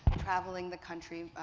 travelling the country,